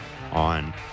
on